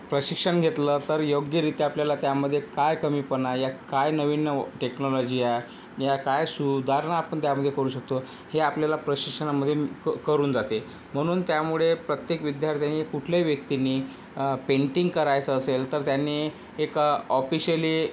प्रशिक्षण घेतलं तर योग्यरित्या आपल्याला त्यामध्ये काय कमीपणा या काय नवीन नव टेक्नेलोजी आहे या काय सुधारणा आपण त्यामध्ये करू शकतो हे आपल्याला प्रशिक्षणामध्ये म कर करून जाते म्हणून त्यामुळे प्रत्येक विद्यार्थ्यानी कुठल्याही व्यक्तींनी पेंटिंग करायचं असेल तर त्यांनी एकं ऑफिशिअली